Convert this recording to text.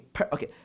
okay